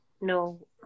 no